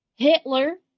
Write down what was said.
Hitler